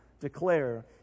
declare